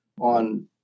on